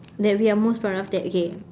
that we are most proud of that okay